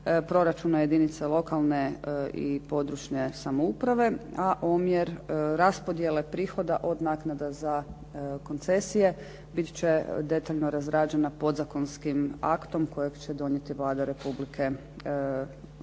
proračuna jedinica lokalne i područne samouprave a omjer raspodjele prihoda od naknada za koncesije bit će detaljno razrađena podzakonskim aktom kojeg će donijeti vlada Republike Hrvatske.